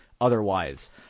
otherwise